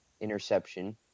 interception